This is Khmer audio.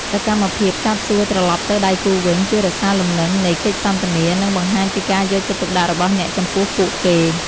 សកម្មភាពចោទសួរត្រឡប់ទៅដៃគូវិញ ជួយរក្សាលំនឹងនៃកិច្ចសន្ទនា និងបង្ហាញពីការយកចិត្តទុកដាក់របស់អ្នកចំពោះពួកគេ។